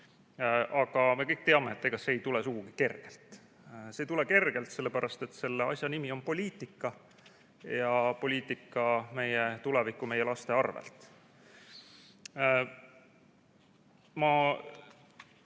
Aga me kõik teame, et ega see ei tule sugugi kergelt. See ei tule kergelt sellepärast, et selle asja nimi on poliitika ja poliitika meie tuleviku, meie laste arvel. Ma